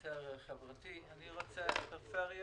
יותר חברתי, אני רוצה בפריפריה,